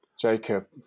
jacob